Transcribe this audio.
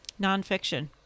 nonfiction